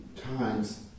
times